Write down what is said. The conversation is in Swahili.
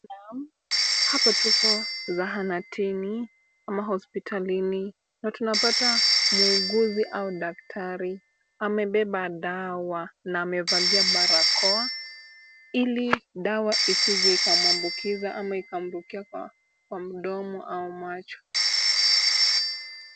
Hapa tupo zahanatini ama hospitalini na tunapata muuguzi ama daktari amebeba dawa na amevalia barakoa, ili dawa isije ikamwambukiza ama ikamrukia kwa mdomo au macho.